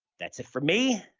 that's it for me.